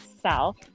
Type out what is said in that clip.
south